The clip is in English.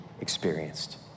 experienced